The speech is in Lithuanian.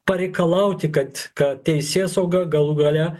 pareikalauti kad kad teisėsauga galų gale